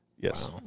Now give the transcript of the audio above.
Yes